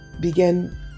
began